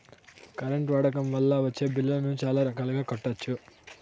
current వాడకం వల్ల వచ్చే బిల్లులను చాలా రకాలుగా కట్టొచ్చు